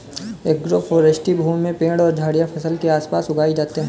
agroforestry भूमि में पेड़ और झाड़ियाँ फसल के आस पास उगाई जाते है